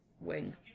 wing